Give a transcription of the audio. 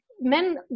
men